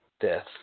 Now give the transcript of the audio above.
death